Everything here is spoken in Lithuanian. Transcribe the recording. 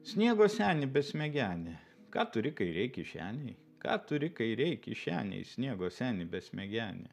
sniego senį besmegenį ką turi kairėj kišenėj ką turi kairėj kišenėj sniego seni besmegeni